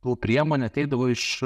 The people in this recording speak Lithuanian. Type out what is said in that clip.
tų priemonių ateidavo iš